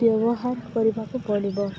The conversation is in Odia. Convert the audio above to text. ବ୍ୟବହାର କରିବାକୁ ପଡ଼ିବ